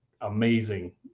amazing